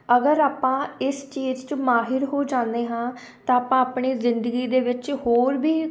ਅਗਰ ਆਪਾਂ ਇਸ ਚੀਜ਼ 'ਚ ਮਾਹਿਰ ਹੋ ਜਾਂਦੇ ਹਾਂ ਤਾਂ ਆਪਾਂ ਆਪਣੇ ਜ਼ਿੰਦਗੀ ਦੇ ਵਿੱਚ ਹੋਰ ਵੀ